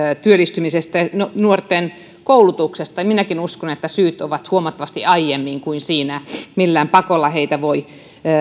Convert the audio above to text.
työllistymisestä ja nuorten koulutuksesta ja minäkin uskon että syyt ovat huomattavasti aiemmin kuin siinä millään pakolla heitä ei voi